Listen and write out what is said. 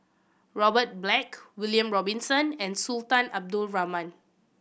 Robert Black William Robinson and Sultan Abdul Rahman